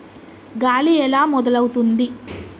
గాలి ఎలా మొదలవుతుంది?